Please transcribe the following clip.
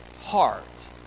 heart